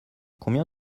combien